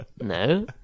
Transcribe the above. no